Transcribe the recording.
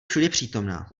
všudypřítomná